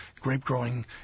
grape-growing